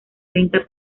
treinta